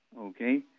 Okay